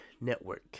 network